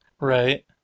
Right